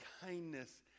kindness